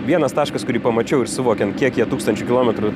vienas taškas kurį pamačiau ir suvokėm kiek jie tūkstančių kilometrų